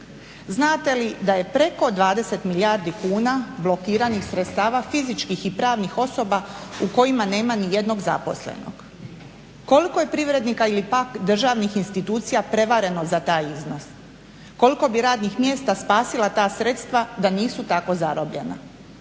znate li da je preko 20 milijardi kuna blokiranih sredstava fizičkih i pravnih osoba u kojima nema ni jednog zaposlenog. Koliko je privrednika ili pak državnih institucija prevareno za taj iznos, koliko bi radnih mjesta spasila ta sredstva da nisu tako zarobljena?